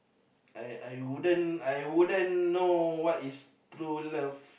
I I wouldn't I wouldn't know what is true love